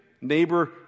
Neighbor